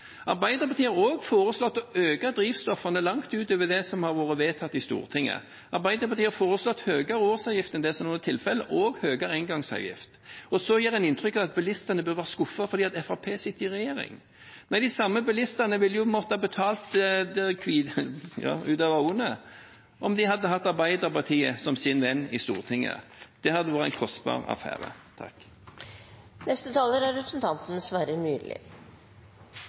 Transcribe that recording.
Arbeiderpartiet har også foreslått å øke drivstoffavgiften langt utover det som har vært vedtatt i Stortinget. Arbeiderpartiet har foreslått høyere årsavgift enn det som nå er tilfellet, og høyere engangsavgift. Så gir en inntrykk av at bilistene bør være skuffet fordi Fremskrittspartiet sitter i regjering. De samme bilistene ville jo måttet betale det hvite ut av øyet om de hadde hatt Arbeiderpartiet som sin venn i Stortinget. Det hadde vært en kostbar affære. Jeg må jo si at det er